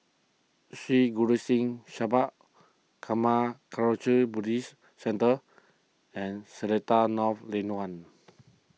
Sri Guru Singh Sabha Karma Kagyud Buddhist Centre and Seletar North Lane one